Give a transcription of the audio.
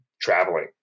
traveling